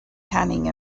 canning